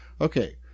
Okay